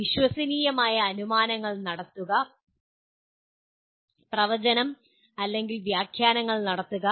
വിശ്വസനീയമായ അനുമാനങ്ങൾ നടത്തുക പ്രവചനം അല്ലെങ്കിൽ വ്യാഖ്യാനങ്ങൾ നടത്തുക